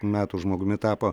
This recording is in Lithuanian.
metų žmogumi tapo